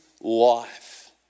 life